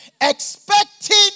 expecting